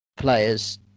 players